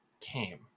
came